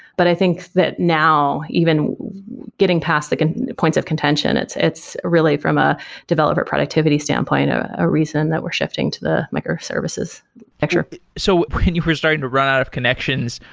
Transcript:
but i think that now, even getting past like and the points of contention, it's it's really from a developer productivity standpoint, a reason that we're shifting to the microservices picture so when you were starting to run out of connections,